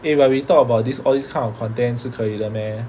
eh but we talk about this all these kind of content 是可以的 meh